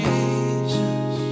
Jesus